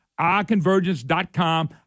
iConvergence.com